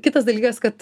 kitas dalykas kad